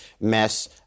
mess